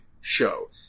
show